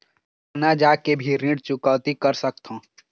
Bank न जाके भी ऋण चुकैती कर सकथों?